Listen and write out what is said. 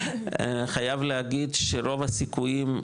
חייב להגיד שרוב הסיכויים,